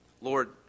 Lord